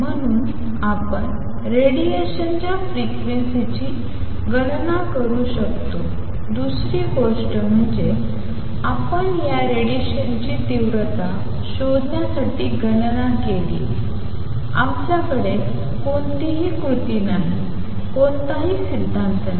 म्हणून आपण रेडिएशनच्या फ्रिक्वेन्सीजची गणना करू शकतो दुसरी गोष्ट म्हणजे आपण या रेडिएशनची तीव्रता शोधण्यासाठी गणना केली आमच्याकडे कोणतीही कृती नाही कोणताही सिद्धांत नाही